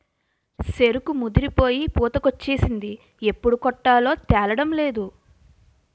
సెరుకు ముదిరిపోయి పూతకొచ్చేసింది ఎప్పుడు కొట్టాలో తేలడంలేదు